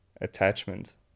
attachment